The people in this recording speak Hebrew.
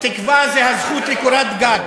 תקווה זו הזכות לקורת גג,